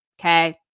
Okay